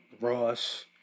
Ross